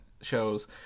shows